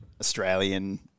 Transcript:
Australian